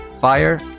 fire